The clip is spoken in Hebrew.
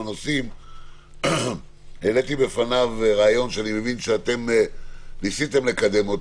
נושאים העליתי בפניו רעיון שאני מבין שניסיתם לקדם.